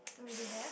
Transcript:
don't really have